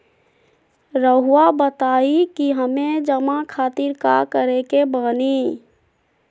रहुआ बताइं कि हमें जमा खातिर का करे के बानी?